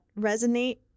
resonate